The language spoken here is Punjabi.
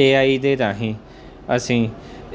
ਏਆਈ ਦੇ ਰਾਹੀਂ ਅਸੀਂ